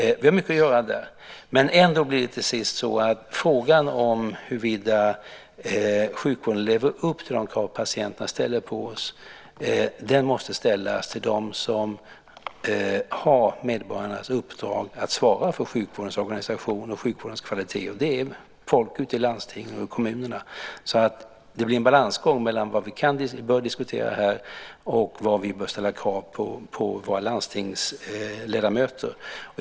Vi har mycket att göra där. Men ändå blir det till sist så att frågan om huruvida sjukvården lever upp till de krav patienterna ställer på oss måste ställas till dem som har medborgarnas uppdrag att svara för sjukvårdens organisation och kvalitet. Det är människor ute i landsting och kommuner. Det blir en balansgång mellan vad vi bör diskutera här och vad vi bör ställa för krav på våra landstingsledamöter.